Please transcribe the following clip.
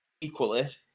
equally